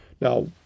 Now